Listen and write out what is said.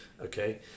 Okay